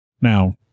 Now